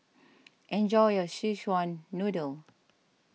enjoy your Szechuan Noodle